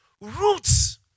Roots